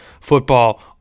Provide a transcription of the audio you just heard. football